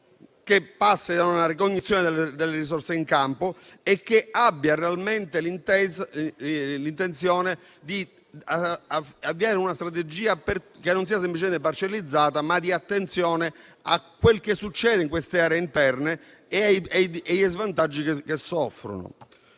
che passa attraverso una ricognizione delle risorse in campo, che abbia realmente l'intenzione di avviare una strategia che sia non semplicemente parcellizzata, ma di attenzione a quel che succede nelle aree interne e agli svantaggi che soffrono.